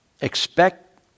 Expect